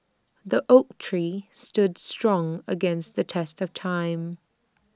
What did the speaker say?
the oak tree stood strong against the test of time